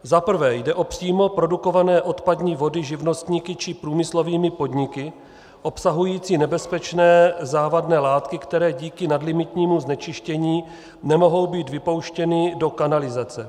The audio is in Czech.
Za prvé jde o přímo produkované odpadní vody živnostníky či průmyslovými podniky, obsahující nebezpečné závadné látky, které díky nadlimitnímu znečištění nemohou být vypouštěny do kanalizace.